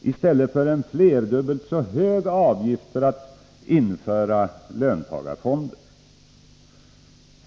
i stället för en mångdubbelt högre avgift för att införa löntagarfonder.